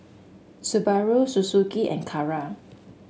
Subaru Suzuki and Kara